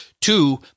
two